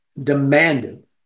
demanded